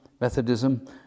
Methodism